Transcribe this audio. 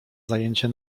zajęcie